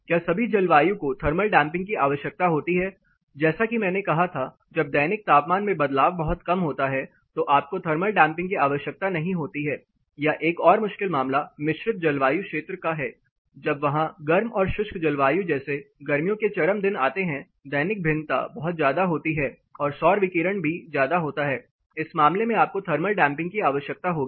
क्या सभी जलवायु को थर्मल डैंपिंग की आवश्यकता होती है जैसा कि मैंने कहा था जब दैनिक तापमान में बदलाव बहुत कम होता है तो आपको थर्मल डैंपिंग की आवश्यकता नहीं होती है या एक और मुश्किल मामला मिश्रित जलवायु क्षेत्र का है जब वहां गर्म और शुष्क जलवायु जैसे गर्मियों के चरम दिन आते हैं दैनिक भिन्नता बहुत ज्यादा होती है और सौर विकिरण भी ज्यादा होता है इस मामले में आपको थर्मल डैंपिंग की आवश्यकता होगी